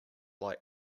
like